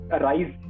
rise